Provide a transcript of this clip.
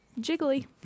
jiggly